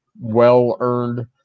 well-earned